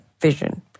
vision